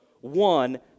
one